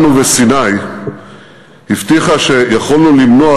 בגלל היותנו בגולן ובסיני יכולנו למנוע